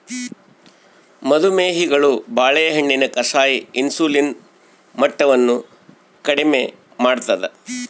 ಮದು ಮೇಹಿಗಳು ಬಾಳೆಹಣ್ಣಿನ ಕಷಾಯ ಇನ್ಸುಲಿನ್ ಮಟ್ಟವನ್ನು ಕಡಿಮೆ ಮಾಡ್ತಾದ